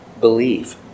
believe